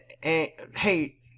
Hey